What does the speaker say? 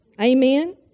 Amen